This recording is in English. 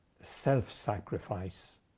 self-sacrifice